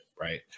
right